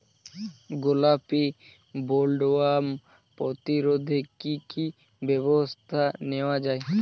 গোলাপী বোলওয়ার্ম প্রতিরোধে কী কী ব্যবস্থা নেওয়া হয়?